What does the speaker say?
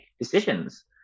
decisions